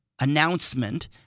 announcement